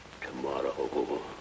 Tomorrow